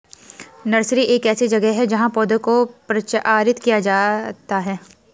nursery एक ऐसी जगह है जहां पौधों को प्रचारित किया जाता है